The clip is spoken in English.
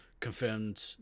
confirmed